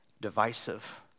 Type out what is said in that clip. divisive